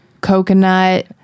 coconut